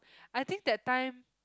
I think that time